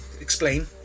explain